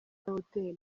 hotel